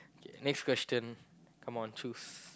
next question come on choose